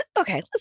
okay